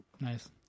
Nice